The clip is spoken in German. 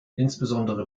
insbesondere